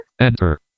Enter